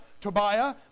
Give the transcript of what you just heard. Tobiah